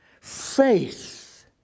faith